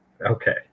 Okay